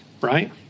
right